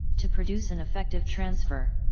to produce an effective transfer.